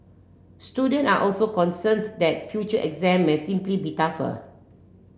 student are also concerns that future exam may simply be tougher